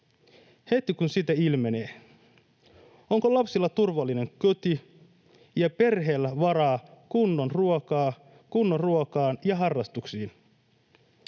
heti, kun sitä ilmenee? Onko lapsilla turvallinen koti ja perheellä varaa kunnon ruokaan ja harrastuksiin?